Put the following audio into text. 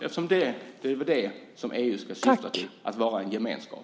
Det är ju det som EU ska vara - en gemenskap.